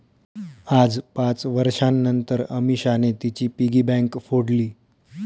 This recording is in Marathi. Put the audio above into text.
आज पाच वर्षांनतर अमीषाने तिची पिगी बँक फोडली